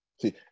see